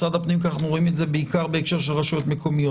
משרד הפנים כי אנחנו רואים את זה בעיקר בהקשר רשויות מקומיות.